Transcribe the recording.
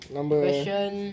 Question